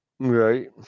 Right